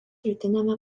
rytiniame